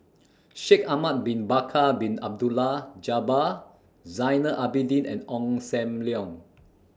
Shaikh Ahmad Bin Bakar Bin Abdullah Jabbar Zainal Abidin and Ong SAM Leong